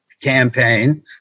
campaign